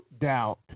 doubt